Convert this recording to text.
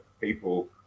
people